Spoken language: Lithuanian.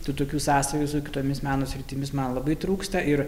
tokių sąsajų su kitomis meno sritimis man labai trūksta ir